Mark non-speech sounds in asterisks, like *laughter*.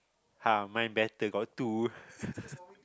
*laughs* mine better got two *laughs*